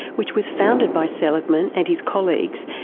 which was founded by seligman and his colleagues,